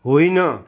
होइन